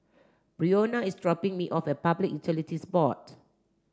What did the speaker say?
Brionna is dropping me off at Public Utilities Board